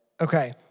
Okay